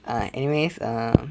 uh anyways uh